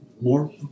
more